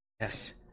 Yes